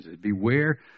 Beware